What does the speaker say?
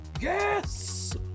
Yes